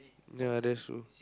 ya that's true